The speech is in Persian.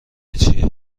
چیه